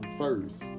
first